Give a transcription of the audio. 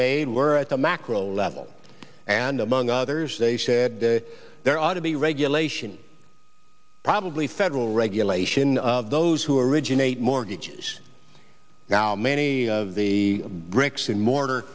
made were at the macro level and among others they said there ought to be regulation probably federal regulation of those who originated mortgages now many of the bricks and mortar